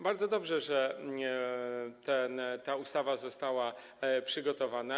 Bardzo dobrze, że ta ustawa została przygotowana.